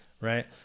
Right